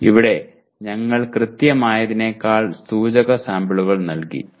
ഇവിടെ ഞങ്ങൾ കൃത്യമായതിനേക്കാൾ സൂചക സാമ്പിളുകൾ നൽകി